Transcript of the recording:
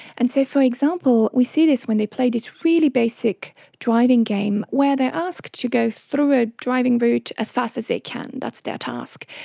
and so, for example, we see this when they play this really basic driving game where they are asked to go through a driving route as fast as they can, that's their task.